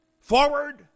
forward